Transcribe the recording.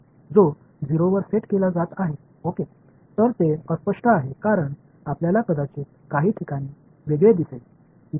எனவே அவர்கள் TM அல்லது TE என்று கூறும்போது குழப்பமாக இருக்கலாம் எந்த z கூறு 0 என அமைக்கப்படுகிறது என்பதைப் பாருங்கள்